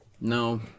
No